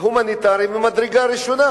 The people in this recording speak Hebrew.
הומניטרי ממדרגה ראשונה.